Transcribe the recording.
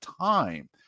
time